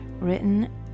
written